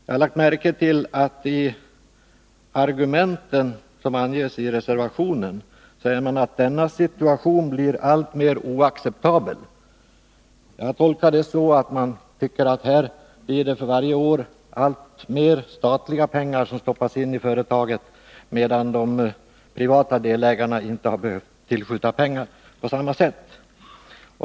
Jag har lagt märke till argumentet som anges i reservationen: ”Denna situation blir allt mer oacceptabel.” Jag tolkar det så att man tycker att för varje år stoppas alltmer statliga pengar in i företaget, medan de privata delägarna inte har behövt tillskjuta några medel på samma sätt.